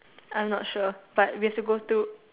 I'm not sure but we have to go to